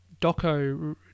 doco